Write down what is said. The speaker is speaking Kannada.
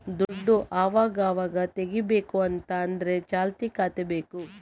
ದುಡ್ಡು ಅವಗಾವಾಗ ತೆಗೀಬೇಕು ಅಂತ ಆದ್ರೆ ಚಾಲ್ತಿ ಖಾತೆ ಬೇಕು